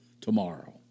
tomorrow